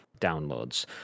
downloads